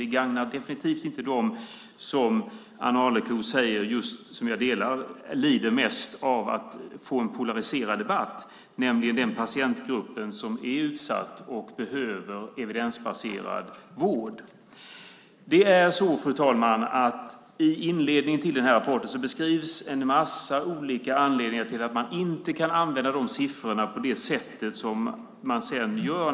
Det gagnar definitivt inte dem, som Ann Arleklo säger och som jag instämmer i, som mest lider av att det blir en polariserad debatt, nämligen den patientgrupp som är utsatt och som behöver evidensbaserad vård. Fru talman! I inledningen till rapporten beskrivs en massa olika anledningar till att man inte kan använda siffrorna på det sätt man sedan gör.